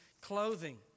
clothing